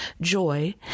joy